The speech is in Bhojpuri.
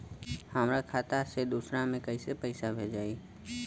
हमरा खाता से दूसरा में कैसे पैसा भेजाई?